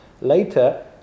later